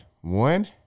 one